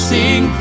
sing